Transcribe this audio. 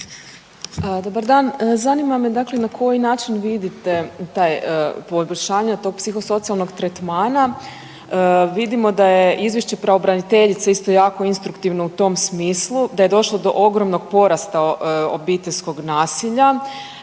Dobar dan. Zanima me dakle na koji način vidite taj, poboljšanja tog psihosocijalnog tretmana. Vidimo da je izvješće pravobraniteljice isto jako instruktivno u tom smislu. Da je došlo do ogromnog porasta obiteljskog nasilja,